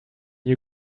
you